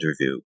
interview